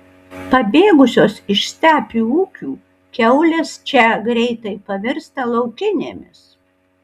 pabėgusios iš stepių ūkių kiaulės čia greitai pavirsta laukinėmis